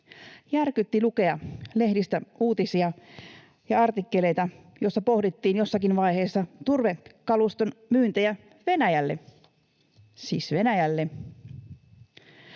Järkytti lukea lehdistä uutisia ja artikkeleita, joissa pohdittiin jossakin vaiheessa turvekaluston myyntejä Venäjälle — siis Venäjälle.